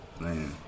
Man